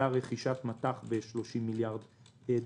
רכישת מט"ח ב-30 מיליארד דולר.